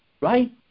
right